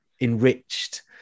enriched